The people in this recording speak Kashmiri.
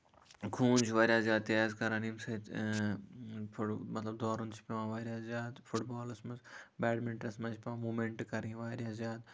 خوٗن چھُ واریاہ زیادٕ تیز کران اَمہِ سۭتۍ مطلب دورُن چھُ پیوان واریاہ زیادٕ فُٹ بالَس منٛز بیڈمِنٹَنَس منٛز چھُ پیوان موٗمینٹہٕ کرٕنۍ واریاہ زیادٕ